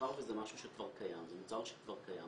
מאחר שזה מוצר שכבר קיים,